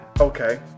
Okay